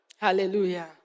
Hallelujah